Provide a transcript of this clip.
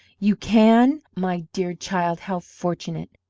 you can? my dear child, how fortunate!